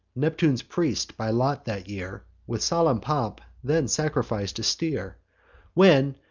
neptune's priest by lot that year, with solemn pomp then sacrific'd a steer when,